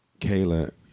Kayla